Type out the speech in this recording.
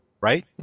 right